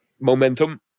momentum